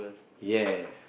yes